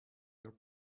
your